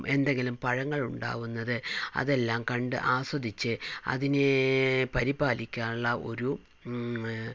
എന്തെങ്കിലും പഴങ്ങളുണ്ടാകുന്നത് അതെല്ലാം കണ്ട് ആസ്വദിച്ച് അതിനെ പരിപാലിക്കാനുള്ള ഒരു